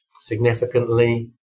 significantly